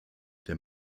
der